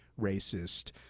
racist